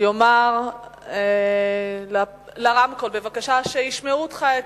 יאמר למיקרופון, בבקשה, שישמעו אותך.